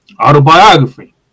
autobiography